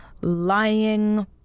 lying